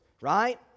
right